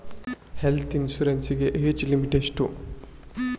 Health insurance ಗೆ age limit ಎಷ್ಟು?